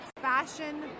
Fashion